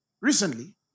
recently